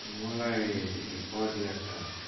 मलाई पदयात्रा